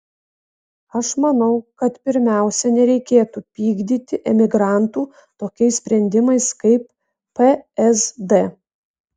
aš manau kad pirmiausia nereikėtų pykdyti emigrantų tokiais sprendimais kaip psd